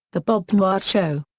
the bob newhart show.